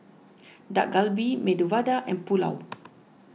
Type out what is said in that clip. Dak Galbi Medu Vada and Pulao